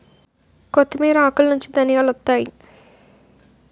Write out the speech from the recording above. కొత్తిమీర ఆకులనుంచి ధనియాలొత్తాయి